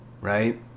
Right